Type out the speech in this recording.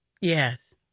yes